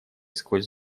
сквозь